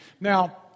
Now